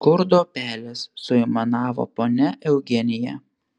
skurdo pelės suaimanavo ponia eugenija